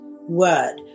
word